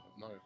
No